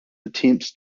attempts